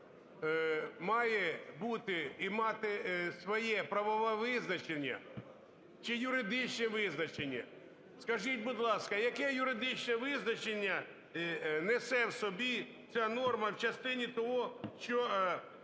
має бути і мати своє правове визначення чи юридичне визначення. Скажіть, будь ласка, яке юридичне визначення несе в собі ця норма в частині того, що